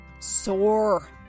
Sore